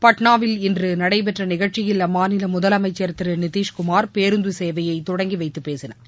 பாட்னாவில் இன்று நடைபெற்ற நிகழ்ச்சியில் அம்மாநில முதலமைச்சர் திரு நிதிஷ்குமார் பேருந்து சேவையை தொடங்கி வைத்துப் பேசினார்